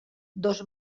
dos